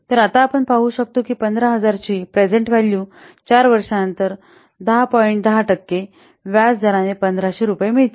तर आता आपण पाहु शकतो की 1500 ची प्रेझेन्ट व्हॅल्यू 4 वर्षानंतर 10 पॉईंट 10 टक्के व्याज दराने 1500 रुपये मिळतील